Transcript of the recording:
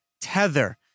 Tether